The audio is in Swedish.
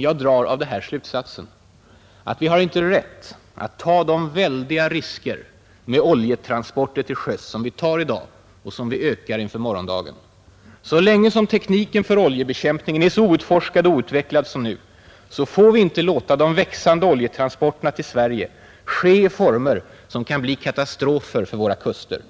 Jag drar av detta slutsatsen att vi inte har rätt att ta de väldiga risker med oljetransporter till sjöss som vi tar i dag och som vi ökar inför morgondagen. Så länge tekniken för oljebekämpning är så outforskad och outvecklad som nu, får vi inte låta de växande oljetransporterna till Sverige ske i former som kan bli katastrofer för våra kuster.